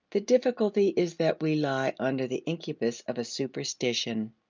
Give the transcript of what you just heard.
the difficulty is that we lie under the incubus of a superstition.